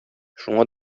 шуңа